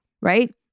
right